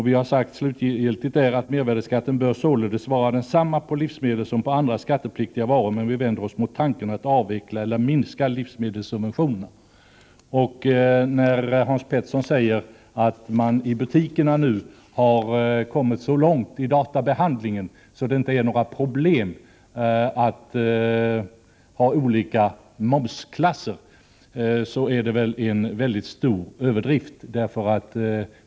Till sist har vi sagt: ”Mervärdeskatten bör således vara densamma på livsmedel som på andra skattepliktiga varor men vi vänder oss mot tanken att avveckla eller minska livsmedelssubventionerna.” Hans Petersson säger att man i butikerna nu kommit så långt med databehandlingen att det inte är något problem med att ha olika momsklasser, men det är en stor överdrift.